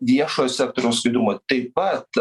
viešojo sektoriaus skaidrumą taip pat